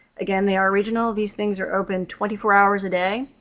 again, they are regional. these things are open twenty four hours a day.